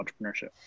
entrepreneurship